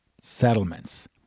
settlements